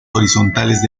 horizontales